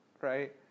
Right